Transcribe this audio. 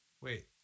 Wait